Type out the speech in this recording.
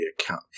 account